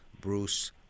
Bruce